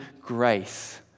grace